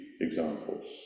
examples